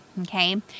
okay